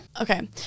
okay